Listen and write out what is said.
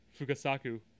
Fukasaku